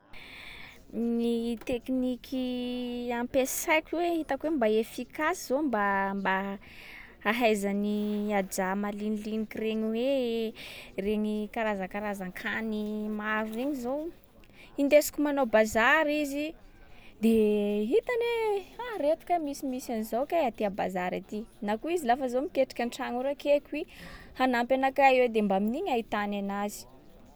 Gny tekniky ampiasaiko hoe itako hoe mba efficace zao mba- mba hahaizan’ny ajà maliniliniky regny hoe regny karazakazan-kany maro reny zao, hindesiko manao bazary izy, de hitany hoe ha! reto kay misimisy an’zao kay aty a bazary aty. Na koa izy lafa zaho miketriky an-tragno rakeko i hanampy anakay eo. De mba amin’iny ahitany anazy.